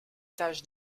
tâches